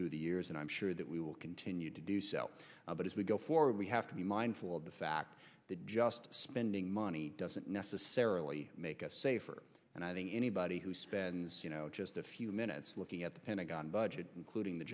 through the years and i'm sure that we will continue to do so but if we go for or we have to be mindful of the fact that just spending money doesn't necessarily make us safer and i think anybody who spends just a few minutes looking at the pentagon budget including the